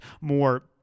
more